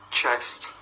chest